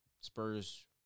Spurs